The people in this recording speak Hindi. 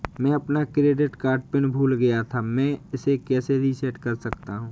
मैं अपना क्रेडिट कार्ड पिन भूल गया था मैं इसे कैसे रीसेट कर सकता हूँ?